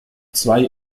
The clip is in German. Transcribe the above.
zwei